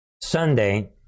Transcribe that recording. Sunday